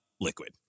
liquid